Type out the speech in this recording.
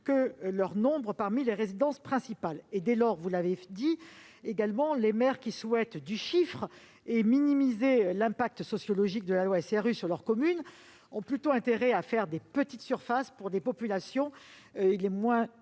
que leur nombre parmi les résidences principales. Dès lors, vous l'avez dit également, les maires qui souhaitent faire du chiffre et minimiser l'impact sociologique de la loi SRU sur leur commune ont plutôt intérêt à construire des logements de petite surface destinés aux populations les moins défavorisées,